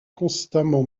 constamment